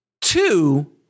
two –